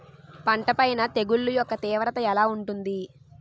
పంట పైన తెగుళ్లు యెక్క తీవ్రత ఎలా ఉంటుంది